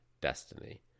destiny